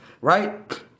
right